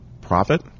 profit